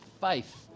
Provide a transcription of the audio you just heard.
faith